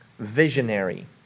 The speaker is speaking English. visionary